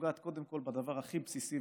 שנוגעת בדבר הכי בסיסי,